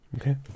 Okay